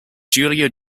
julia